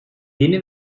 yeni